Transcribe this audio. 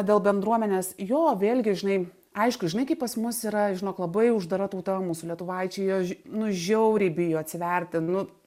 dėl bendruomenės jo vėlgi žinai aišku žinai kaip pas mus yra žinok labai uždara tauta mūsų lietuvaičiai aš nu žiauriai bijo atsiverti nu